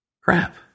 Crap